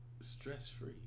Stress-free